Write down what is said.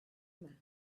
mouth